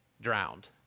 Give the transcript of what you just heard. drowned